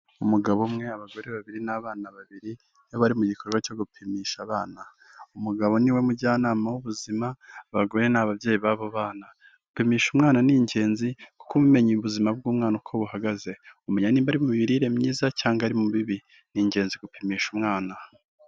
Umugabo umwe abagore babiri n'abana babiri aho bari mu gikorwa cyo gupimisha abana, umugabo ni we mujyanama w'ubuzima, abagore ni ababyeyi b'abo bana, gupimisha umwana ni ingenzi kuko umenya ubuzima bw'umwana uko buhagaze, umenya niba ari mu mirire myiza cyangwa ari mu mibi, ni ingenzi gupimisha umwana.